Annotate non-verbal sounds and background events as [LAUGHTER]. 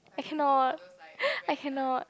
I cannot [NOISE] I cannot